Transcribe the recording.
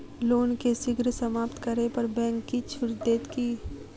loan केँ शीघ्र समाप्त करै पर बैंक किछ छुट देत की